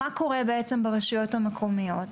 מה שקורה ברשויות המקומיות,